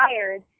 tired